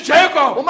Jacob